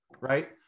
right